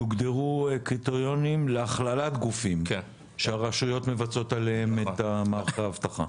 יוגדרו קריטריונים להכללת גופים שהרשויות מבצעות עליהם את מערכי האבטחה.